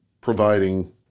providing